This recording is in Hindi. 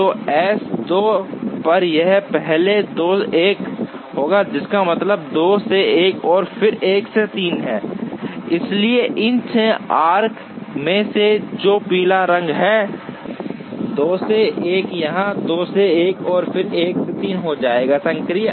तो एम 2 पर यह पहले 2 से 1 होगा जिसका मतलब 2 से 1 और फिर 1 से 3 है इसलिए इन 6 आर्क्स में से जो पीले रंग में हैं 2 से 1 यहाँ 2 से 1 और फिर 1 से 3 हो जाएगा सक्रिय